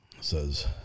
says